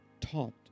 taught